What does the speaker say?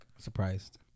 surprised